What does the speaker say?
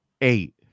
eight